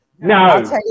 No